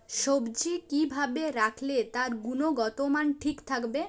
সবজি কি ভাবে রাখলে তার গুনগতমান ঠিক থাকবে?